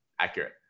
Accurate